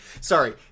Sorry